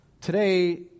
Today